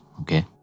okay